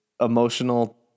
emotional